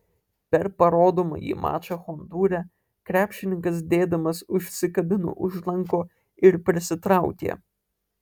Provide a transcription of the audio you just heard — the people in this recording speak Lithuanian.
per parodomąjį mačą hondūre krepšininkas dėdamas užsikabino už lanko ir prisitraukė